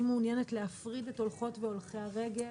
אני רוצה להפריד את הולכות והולכי הרגל